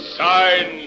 sign